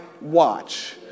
watch